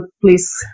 please